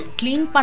clean